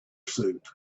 suit